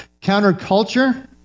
Counterculture